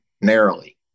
narrowly